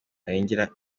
arengera